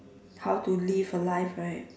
how to live a life right